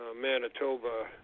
Manitoba